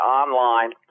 online